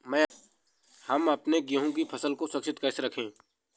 हम अपने गेहूँ की फसल को सुरक्षित कैसे रखें?